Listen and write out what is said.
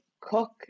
cook